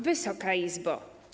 Wysoka Izbo!